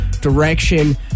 direction